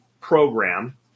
program